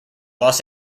los